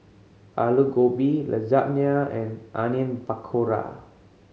Alu Gobi Lasagne and Onion Pakora